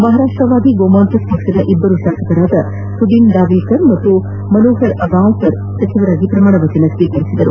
ಮಹಾರಾಷ್ಟವಾದಿ ಗೋಮಾಂತಕ್ ಪಕ್ಷದ ಇಬ್ಲರು ಶಾಸಕರಾದ ಸುದಿನ್ ದಾವಿಲ್ಲರ್ ಮತ್ತು ಮನೋಹರ್ ಅಗಾಂವ್ಕರ್ ಸಚಿವರಾಗಿ ಪ್ರಮಾಣ ವಚನ ಸ್ನೀಕರಿಸಿದರು